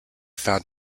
found